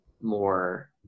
more